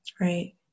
Right